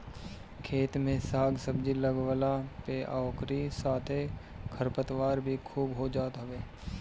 खेत में साग सब्जी लगवला पे ओकरी साथे खरपतवार भी खूब हो जात हवे